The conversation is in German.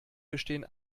bestehen